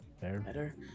Better